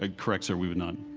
ah correct, sir, we would not.